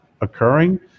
occurring